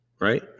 right